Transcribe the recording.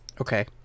Okay